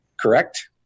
Correct